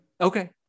Okay